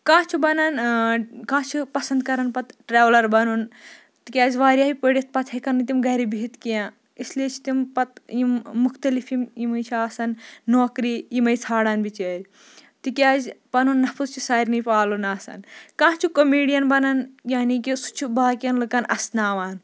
کانٛہہ چھُ بَنان کانٛہہ چھِ پَسنٛد کَران پَتہٕ ٹرٛیولَر بَنُن تہِ کیٛازِ واریَہے پٔرِتھ پَتہٕ ہٮ۪کَن نہٕ تِم گَرِ بِہتھ کیٚنٛہہ اِسلیے چھِ تِم پَتہٕ یِم مختلف یِم یِمَے چھِ آسان نوکری یِمَے ژھاںڈان بِچٲرۍ تِکیٛازِ پَنُن نَفس چھِ سارنی پالُن آسان کانٛہہ چھُ کوٚمیٖڈِیَن بَنان یعنی کہِ سُہ چھُ باقٕیَن لُکَن اَسناوان